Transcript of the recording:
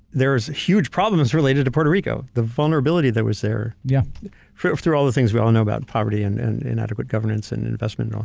there was huge problems related to puerto rico. the vulnerability that was there. yeah through through all the things we all know about, poverty, and and inadequate governance, and investment, and all,